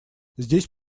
здесь